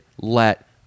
let